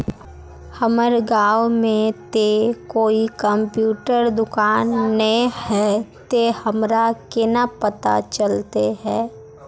हमर गाँव में ते कोई कंप्यूटर दुकान ने है ते हमरा केना पता चलते है?